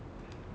ஆமா:aamaa